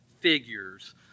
figures